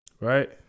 right